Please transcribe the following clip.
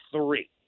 three